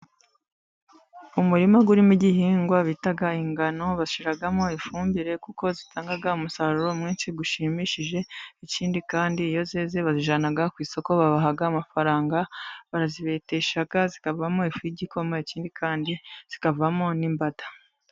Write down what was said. umurima gurimo igihingwa bita ingano, bashyiramo ifumbire kuko zitanga umusaruro mwinshi ushimishije, ikindi kandi iyo zeze bazijana ku isoko, babaha amafaranga, barazibetesha zikavamo ifu y'igikoma, Ikindu kandi zikavamo n'imbada.